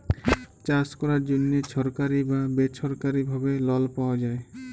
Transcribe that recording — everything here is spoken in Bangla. চাষ ক্যরার জ্যনহে ছরকারি বা বেছরকারি ভাবে লল পাউয়া যায়